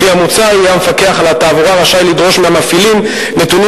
לפי המוצע יהיה המפקח על התעבורה רשאי לדרוש מהמפעילים נתונים